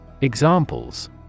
Examples